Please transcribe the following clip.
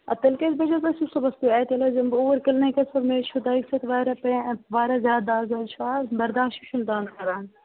ادٕ تیٚلہِ کٔژِ بجہِ حظ ٲسِو صُبحَس تُہۍ اَتہِ تیٚلہِ حظ یِم بہٕ اور کِلنِکَس پٮ۪ٹھ مےٚ حظ چھِ دَگہِ سۭتۍ واریاہ واریاہ زیادٕ دَگ حظ چھِ اتھ برداشٕے چِھنہٕ دَگ کران